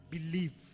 Believe